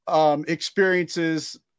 Experiences